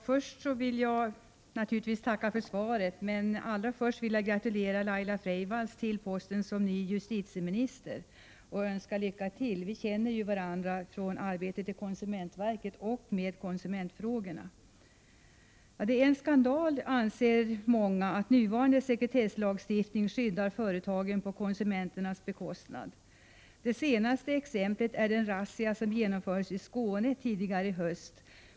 Fru talman! Jag vill naturligtvis tacka för svaret, men allra först vill jag gratulera Laila Freivalds till posten som ny justitieminister. Jag önskar henne lycka till. Vi känner varandra från konsumentverket och vårt arbete där med konsumentfrågorna. Många anser att det är en skandal att nuvarande sekretesslagstiftning skyddar företagen på konsumenternas bekostnad. Det senaste exemplet är den razzia som gjordes i Skåne tidigare i höst.